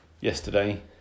yesterday